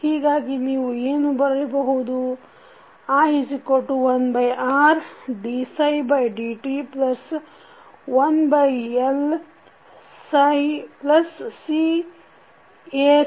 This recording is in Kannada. ಹೀಗಾಗಿ ನಾವು ಏನು ಬರೆಯಬಹುದು i1Rdψdt1LψCd2dt2